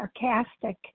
sarcastic